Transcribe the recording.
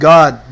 God